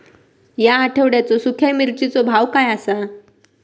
या आठवड्याचो सुख्या मिर्चीचो भाव काय आसा?